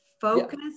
focus